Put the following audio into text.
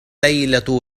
ليلة